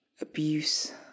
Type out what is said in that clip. abuse